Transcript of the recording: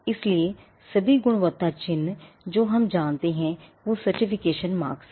इसलिए सभी गुणवत्ता चिह्न जो हम जानते हैंवे Certification marks हैं